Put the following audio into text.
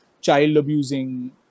child-abusing